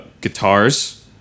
guitars